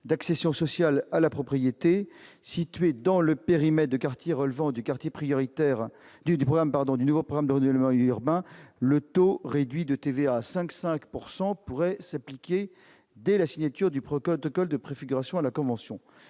d'accession sociale à la propriété situées dans le périmètre des quartiers relevant du nouveau programme national de renouvellement urbain, le taux réduit de TVA à 5,5 % pourrait s'appliquer dès la signature du protocole de préfiguration à la convention.